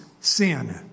sin